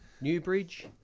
Newbridge